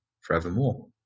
forevermore